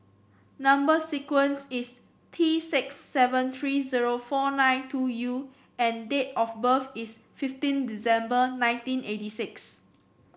number sequence is T six seven three zero four nine two U and date of birth is fifteen December nineteen eighty six